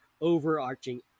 overarching